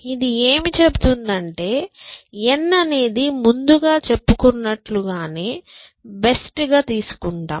ఇది ఏమి చెబుతుందంటే n అనేది ముందుగా చెప్పుకున్నట్లుగానే బెస్ట్ గా తీసుకుంటాం